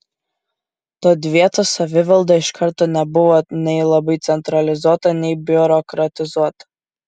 tad vietos savivalda iš karto nebuvo nei labai centralizuota nei biurokratizuota